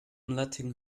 letting